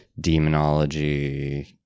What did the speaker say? demonology